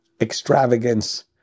extravagance